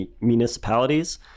municipalities